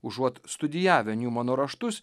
užuot studijavę njumano raštus